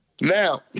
now